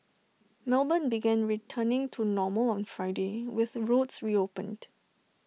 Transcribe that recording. melbourne began returning to normal on Friday with roads reopened